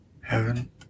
heaven